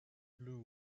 blue